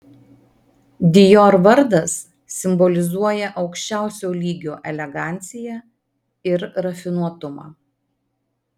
dior vardas simbolizuoja aukščiausio lygio eleganciją ir rafinuotumą